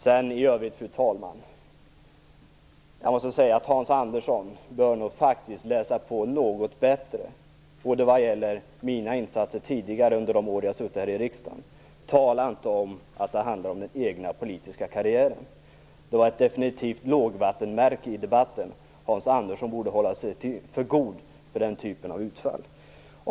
För övrigt, fru talman, måste jag säga att Hans Andersson faktiskt bör läsa på något bättre när det gäller mina insatser tidigare under de år som jag har suttit här i riksdagen. Tala inte om att det handlar om den egna politiska karriären! Det var ett definitivt lågvattenmärke i debatten. Hans Andersson borde hålla sig för god för den typen av utfall.